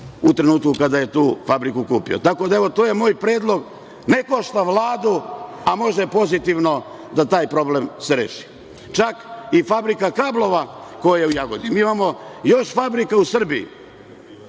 u trenutku kada je tu fabriku kupio. Tako da, evo, to je moj predlog, ne košta Vladu, a može pozitivno da taj problem se reši. Čak i Fabrika kablova koja je u Jagodini. Mi imamo još fabrika u Srbiji